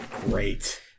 Great